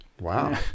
Wow